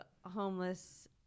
homeless